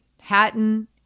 Hatton